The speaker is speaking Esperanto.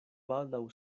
baldaŭ